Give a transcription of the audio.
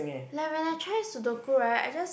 like when I try Sudoku right I just